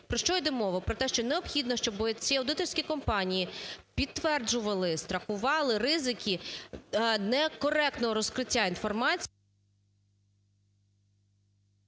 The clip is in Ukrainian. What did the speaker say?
Про що йде мова? Про те, що необхідно, щоби ці аудиторська компанії підтверджували, страхувати ризики некоректного розкриття інформації…